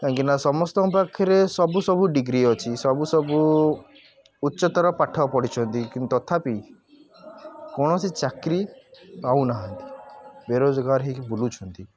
କାହିଁକିନା ସମସ୍ତଙ୍କ ପାଖରେ ସବୁ ସବୁ ଡିଗ୍ରୀ ଅଛି ସବୁ ସବୁ ଉଚ୍ଚତାର ପାଠ ପଢ଼ିଛନ୍ତି କିନ୍ତୁ ତଥାପି କୌଣସି ଚାକରି ପାଉନାହାନ୍ତି ବେରୋଜଗାର ହୋଇକି ବୁଲୁଛନ୍ତି